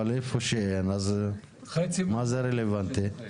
אבל איפה שאין, אז מה זה רלוונטי?